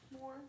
more